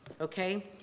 okay